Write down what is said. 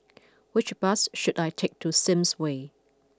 which bus should I take to Sims Way